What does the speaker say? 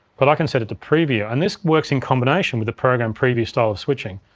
but i can set it to preview, and this works in combination with the program preview style of switching.